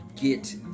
get